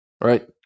Right